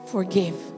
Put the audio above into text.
Forgive